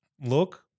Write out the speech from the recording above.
look